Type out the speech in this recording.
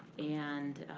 and